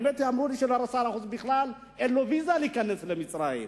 האמת היא שאמרו לי שלשר החוץ בכלל אין ויזה להיכנס למצרים,